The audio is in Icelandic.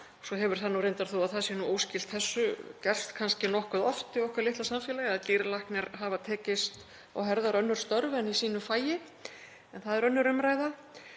Svo hefur það nú reyndar, þótt það sé óskylt þessu, gerst kannski nokkuð oft í okkar litla samfélagi að dýralæknar hafa tekist á hendur önnur störf en í sínu fagi. En það er önnur umræða.